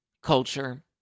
Culture